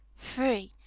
free!